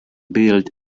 build